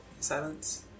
silence